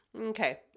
Okay